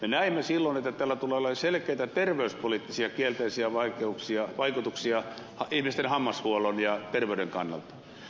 me näimme silloin että tällä tulee olemaan selkeitä terveyspoliittisia kielteisiä vaikutuksia ihmisten hammashuollon ja terveyden kannalta